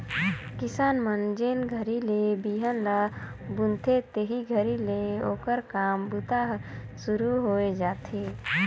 किसान मन जेन घरी ले बिहन ल बुनथे तेही घरी ले ओकर काम बूता हर सुरू होए जाथे